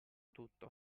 tutto